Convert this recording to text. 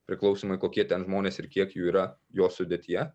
priklausomai kokie ten žmonės ir kiek jų yra jos sudėtyje